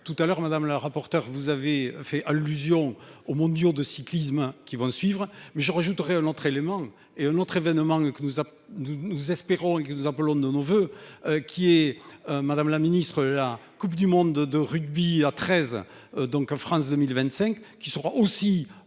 Tout à l'heure madame la rapporteure. Vous avez fait allusion aux Mondiaux de cyclisme, qui vont suivre, mais je rajoute entre éléments et un autre événement que nous nous nous espérons que nous appelons de nos voeux. Qui est madame la ministre, la Coupe du monde de rugby à XIII, donc France 2025 qui sera aussi